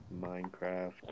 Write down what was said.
Minecraft